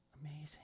amazing